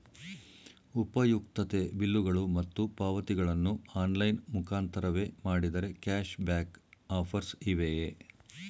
ಉಪಯುಕ್ತತೆ ಬಿಲ್ಲುಗಳು ಮತ್ತು ಪಾವತಿಗಳನ್ನು ಆನ್ಲೈನ್ ಮುಖಾಂತರವೇ ಮಾಡಿದರೆ ಕ್ಯಾಶ್ ಬ್ಯಾಕ್ ಆಫರ್ಸ್ ಇವೆಯೇ?